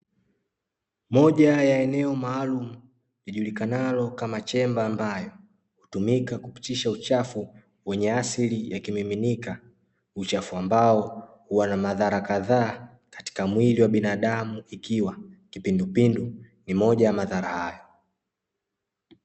Moja ya eneo maalumu lijulikanayo kama chemba, ambayo hutumika kupitisha uchafu wenye asili ya kimiminika uchafu, ambao huwa na madhara kadhaa katika mwili wa binadamu ikiwa kipindu pindu ni moja ya madhara hayo.